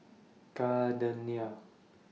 Gardenia